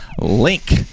link